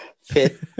fit